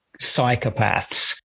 psychopaths